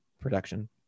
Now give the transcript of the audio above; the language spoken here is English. production